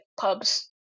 pubs